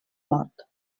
mort